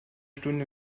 stunden